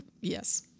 yes